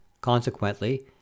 Consequently